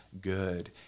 good